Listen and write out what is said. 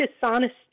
dishonesty